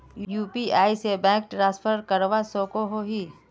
UPI से bank transfer करवा सकोहो ही?